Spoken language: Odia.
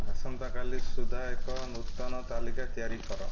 ଆସନ୍ତାକାଲି ସୁଦ୍ଧା ଏକ ନୂତନ ତାଲିକା ତିଆରି କର